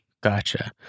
Gotcha